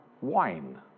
wine